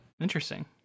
Interesting